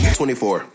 24